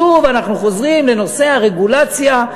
שוב אנחנו חוזרים לנושא הרגולציה.